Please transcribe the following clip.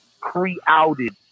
pre-outed